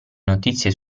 notizie